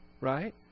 right